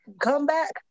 comeback